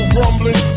rumbling